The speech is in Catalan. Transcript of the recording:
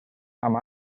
amb